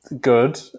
Good